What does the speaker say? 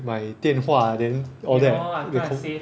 my 电话 then all that become